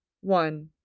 One